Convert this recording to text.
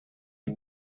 die